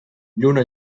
lluna